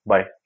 Bye